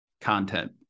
content